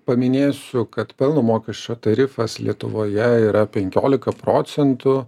paminėsiu kad pelno mokesčio tarifas lietuvoje yra penkiolika procentų